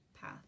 path